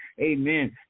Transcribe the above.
amen